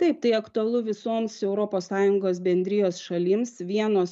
taip tai aktualu visoms europos sąjungos bendrijos šalims vienos